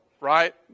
right